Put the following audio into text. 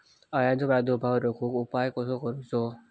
अळ्यांचो प्रादुर्भाव रोखुक उपाय कसो करूचो?